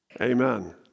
Amen